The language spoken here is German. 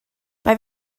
bei